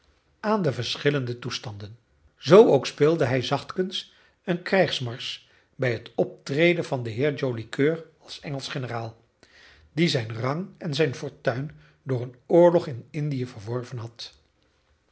aan de verschillende toestanden zoo ook speelde hij zachtkens een krijgsmarsch bij het optreden van den heer joli coeur als engelsch generaal die zijn rang en zijn fortuin door een oorlog in indië verworven had